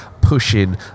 pushing